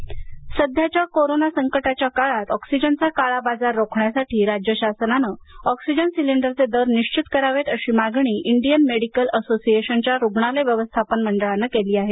oxygen सध्याच्या corona संकटाच्या काळात ऑक्सिजनचा काळा बाजार रोखण्यासाठी राज्य शासनानं ऑक्सिजन सिलिंडरचे दर निश्चित करावेत अशी मागणी इंडियन मेडिकल असोसिएशनच्या रुग्णालय व्यवस्थापन मंडळानं केली आहे